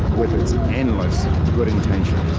with its endless good intentions.